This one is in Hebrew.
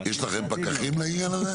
יש לכם פקחים לעניין הזה?